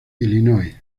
illinois